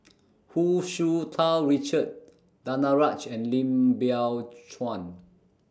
Hu Tsu Tau Richard Danaraj and Lim Biow Chuan